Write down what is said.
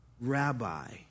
rabbi